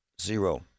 zero